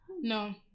no